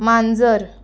मांजर